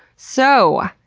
so.